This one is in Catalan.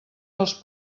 dels